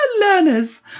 Learners